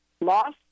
Loss